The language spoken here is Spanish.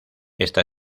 esta